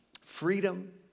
freedom